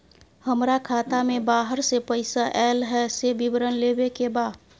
हमरा खाता में बाहर से पैसा ऐल है, से विवरण लेबे के बा?